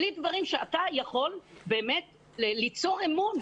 בלי דברים שאתה יכול באמת ליצור אמון.